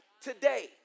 today